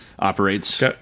operates